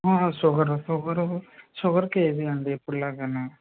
sugar sugar sugar KG అండి ఎప్పుడులాగానే